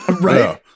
right